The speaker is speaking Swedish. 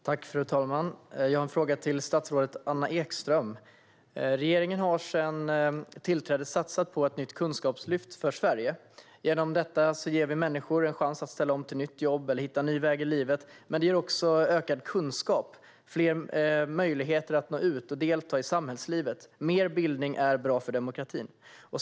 Fru talman! Jag har en fråga till statsrådet Anna Ekström. Regeringen har sedan tillträdet satsat på ett nytt kunskapslyft för Sverige. Genom detta ger vi människor en chans att ställa om till nytt jobb eller hitta en ny väg i livet, men det ger också ökad kunskap och fler möjligheter att nå ut och delta i samhällslivet. Mer bildning är bra för demokratin.